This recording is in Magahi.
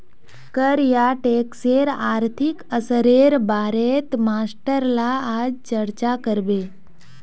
कर या टैक्सेर आर्थिक असरेर बारेत मास्टर ला आज चर्चा करबे